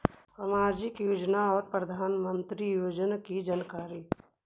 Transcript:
समाजिक योजना और प्रधानमंत्री योजना की जानकारी?